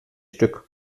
stück